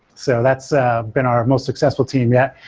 so that's ah been our most successful team yet.